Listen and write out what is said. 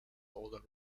older